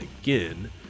again